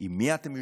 עם מי אתם יושבים,